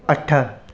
अठ